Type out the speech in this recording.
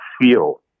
feel